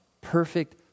perfect